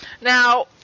Now